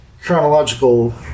chronological